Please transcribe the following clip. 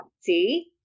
see